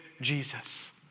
Jesus